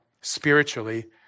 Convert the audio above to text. spiritually